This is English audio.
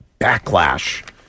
backlash